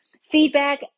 feedback